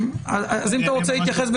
אם אתה רוצה להתייחס,